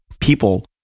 people